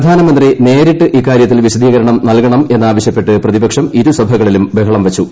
പ്രധാനമന്ത്രി് നേരിട്ട് ഇക്കാര്യത്തിൽ വിശദീകരണം നൽകണമെന്നാവശ്യപ്പെട്ട് പ്രതിപക്ഷം ഇരുസഭകളിലും ബഹളം വച്ചു